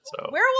Werewolf